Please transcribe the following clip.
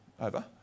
over